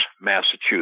Massachusetts